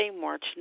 March